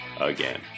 again